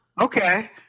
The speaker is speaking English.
okay